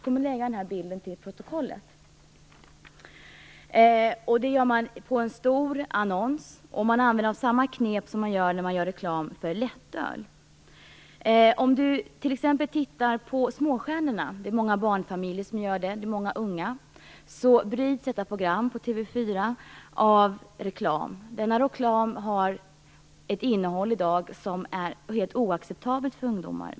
Reklambilden finns i en stor annons, och man använder där samma knep som används i reklam för lättöl. TV-programmet Småstjärnorna på TV 4, som ses av många barnfamiljer och många unga människor, bryts av reklam. Denna reklam har i dag ett innehåll som är helt oacceptabelt för ungdomar.